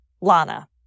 Lana